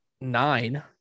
nine